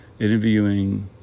interviewing